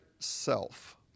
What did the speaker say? self